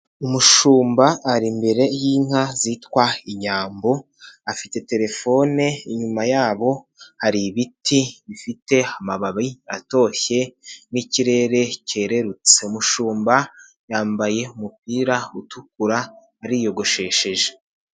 Umushumba ari imbere y'inka zitwa inyambo, afite terefone inyuma yabo hari ibiti bifite amababi atoshye n'ikirere cyererutse, umushumba yambaye umupira utukura ariyogoshesheje.